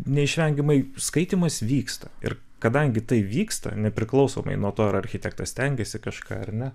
neišvengiamai skaitymas vyksta ir kadangi tai vyksta nepriklausomai nuo to ar architektas stengiasi kažką ar ne